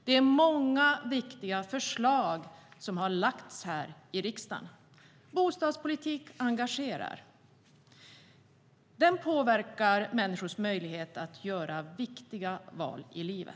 Det är många viktiga förslag som har lagts fram i riksdagen. Bostadspolitik engagerar. Den påverkar människors möjlighet att göra viktiga val i livet.